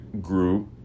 group